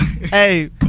Hey